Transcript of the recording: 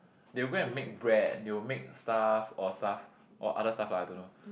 they will go and make bread they will make stuff or stuff or other stuff lah I don't know